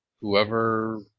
Whoever